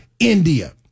India